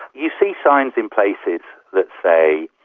you see signs in places that say,